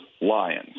Lions